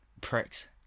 pricks